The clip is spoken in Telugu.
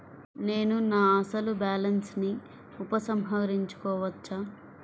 నేను నా అసలు బాలన్స్ ని ఉపసంహరించుకోవచ్చా?